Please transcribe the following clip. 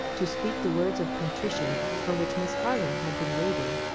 to speak the words of contrition for which miss harland had been waiting.